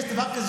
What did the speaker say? יש דבר כזה,